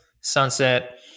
sunset